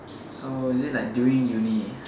so is it like during uni